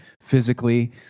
physically